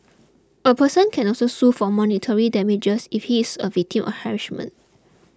a person can also sue for monetary damages if he is a victim of harassment